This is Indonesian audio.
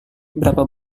berapa